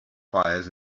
fires